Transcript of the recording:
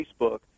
Facebook